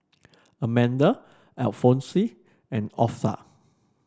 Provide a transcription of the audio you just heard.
Amanda Alphonse and Orpha